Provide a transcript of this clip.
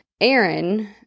Aaron